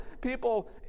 people